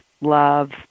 love